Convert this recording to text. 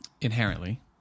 inherently